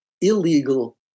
illegal